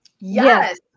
Yes